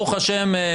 ברוך השם,